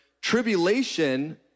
tribulation